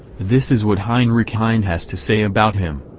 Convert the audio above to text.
this is what heinrich heine has to say about him.